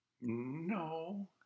No